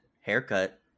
haircut